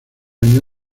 año